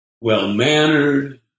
well-mannered